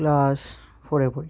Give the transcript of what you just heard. class ফোরে পড়ি